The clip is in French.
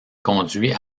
conduit